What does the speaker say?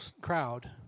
crowd